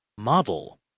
Model